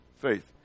Faith